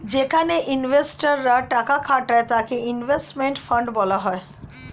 যেখানে ইনভেস্টর রা টাকা খাটায় তাকে ইনভেস্টমেন্ট ফান্ড বলা হয়